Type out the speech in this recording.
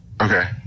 Okay